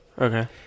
Okay